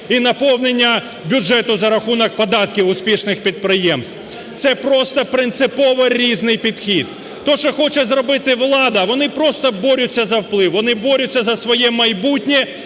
і наповнення бюджету за рахунок податків успішних підприємств? Це просто принципово різний підхід. Те, що хоче зробити влада, вони просто борються за вплив, вони борються за своє майбутнє